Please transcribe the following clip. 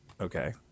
okay